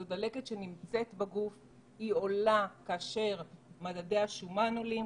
זו דלקת שנמצאת בגוף ועולה כאשר מדדי השומן עולים,